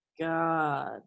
god